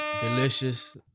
Delicious